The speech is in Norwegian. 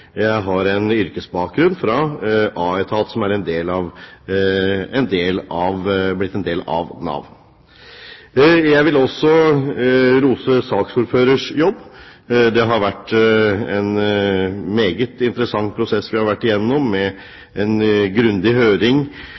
jeg har en yrkesbakgrunn fra Aetat, som er blitt en del av Nav. Jeg vil også rose saksordføreren. Det har vært en meget interessant prosess vi har vært gjennom, med en grundig høring